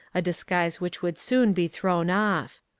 a disguise which would soon be thrown off.